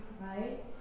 right